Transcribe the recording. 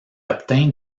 obtint